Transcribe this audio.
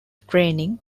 training